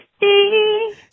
see